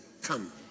come